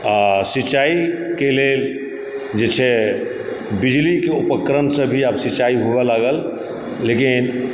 आ सिंचाइ के लेल जे छै बिजलीके उपक्रम से भी आब सिंचाइ होय लागल लेकिन